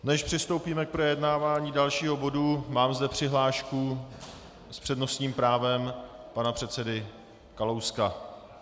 Než přistoupíme k projednávání dalšího bodu, mám zde přihlášku s přednostním právem pana předsedy Kalouska.